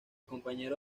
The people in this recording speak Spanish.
compañero